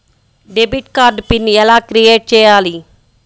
Debit card PIN ఎలా create చెయ్యాలి?